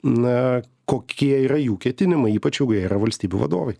na kokie yra jų ketinimai ypač jeigu jie yra valstybių vadovai